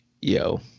yo